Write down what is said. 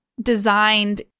designed